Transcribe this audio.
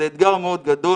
זה אתגר מאוד גדול,